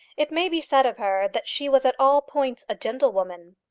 it may be said of her that she was at all points a gentlewoman.